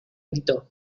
gritó